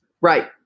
Right